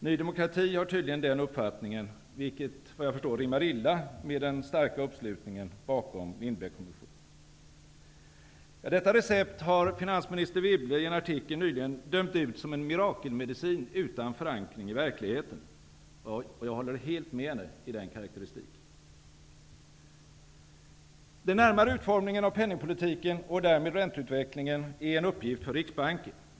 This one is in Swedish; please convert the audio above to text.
Ny demokrati har tydligen den uppfattningen, vilket vad jag förstår rimmar illa med den starka uppslutningen bakom Lindbeck-kommissionen. Detta har finansminister Wibble i en artikel nyligen dömt ut som en mirakelmedicin utan förankring i verkligheten, och jag håller helt med henne i den karakteristiken. Den närmare utformningen av penningpolitiken och därmed ränteutvecklingen är en uppgift för Riksbanken.